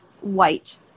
white